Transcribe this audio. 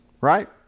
right